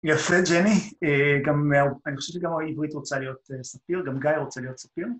יפה, ג'ני, אני חושב שגם עברית רוצה להיות ספיר, גם גיא רוצה להיות ספיר.